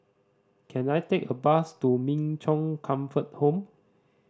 can I take a bus to Min Chong Comfort Home